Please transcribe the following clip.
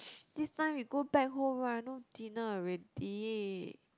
this time you go back home right no dinner already